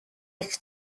eich